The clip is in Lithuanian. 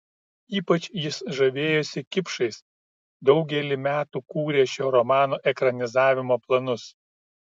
ypač jis žavėjosi kipšais daugelį metų kūrė šio romano ekranizavimo planus